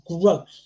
growth